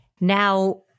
Now